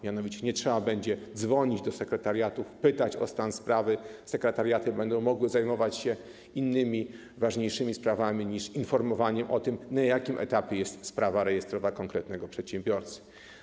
Mianowicie nie trzeba będzie dzwonić do sekretariatów, pytać o stan sprawy, sekretariaty będą mogły zajmować się innymi sprawami, ważniejszymi niż informowanie o tym, na jakim etapie jest sprawa rejestrowa konkretnego przedsiębiorcy.